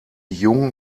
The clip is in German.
jungen